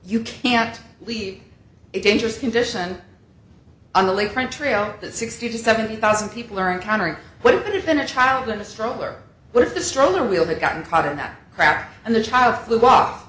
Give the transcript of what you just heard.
you can't leave it dangerous condition on the lake front trail that sixty to seventy thousand people are encountering what could have been a child in a stroller what if the stroller wheel had gotten caught in that crack and the child flew off